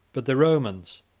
but the romans,